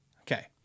Okay